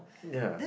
ya